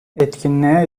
etkinliğe